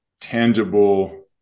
tangible